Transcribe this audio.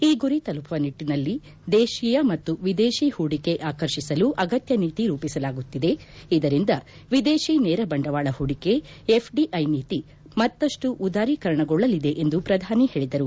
ಈ ಗುರಿ ತಲುಪುವ ನಿಟ್ಟನಲ್ಲಿ ದೇಶೀಯ ಮತ್ತು ವಿದೇಶಿ ಹೂಡಿಕೆ ಆಕರ್ಷಿಸಲು ಅಗತ್ಯ ನೀತಿ ರೂಪಿಸಲಾಗುತ್ತಿದೆ ಇದರಿಂದ ವಿದೇಶಿ ನೇರ ಬಂಡವಾಳ ಹೂಡಿಕೆ ಎಫ್ಡಿಐ ನೀತಿ ಮತ್ತಷ್ಟು ಉದಾರೀಕರಣಗೊಳ್ಳಲಿದೆ ಎಂದು ಪ್ರಧಾನಿ ಹೇಳಿದರು